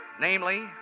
Namely